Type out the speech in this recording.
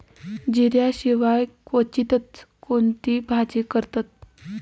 जिऱ्या शिवाय क्वचितच कोणती भाजी करतत